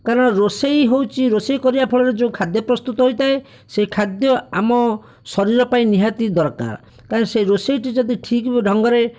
କାରଣ ରୋଷେଇ ହେଉଛି ରୋଷେଇ କରିବା ଫଳରେ ଯେଉଁ ଖାଦ୍ୟ ପ୍ରସ୍ତୁତ ହୋଇଥାଏ ସେହି ଖାଦ୍ୟ ଆମ ଶରୀର ପାଇଁ ନିହାତି ଦରକାର କାହିଁକିନା ସେ ରୋଷେଇଟି ଯଦି ଠିକ୍ ଢଙ୍ଗରେ